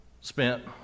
spent